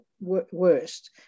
worst